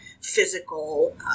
physical